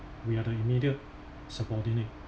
we are the immediate subordinate